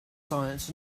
science